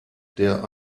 der